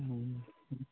ꯎꯝ